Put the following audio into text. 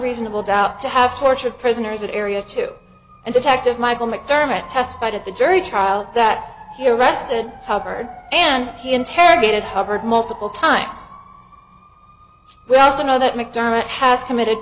reasonable doubt to have tortured prisoners at area two and detective michael mcdermott testified at the jury trial that he arrested cupboard and he interrogated hubbard multiple times we also know that mcdermott has committed